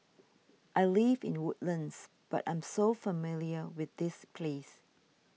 I live in Woodlands but I'm so familiar with this place